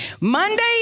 Monday